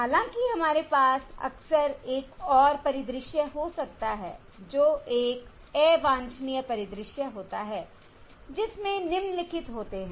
हालाँकि हमारे पास अक्सर एक और परिदृश्य हो सकता है जो एक अवांछनीय परिदृश्य होता है जिसमें निम्नलिखित होते हैं